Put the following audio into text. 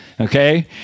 okay